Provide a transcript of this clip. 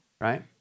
Right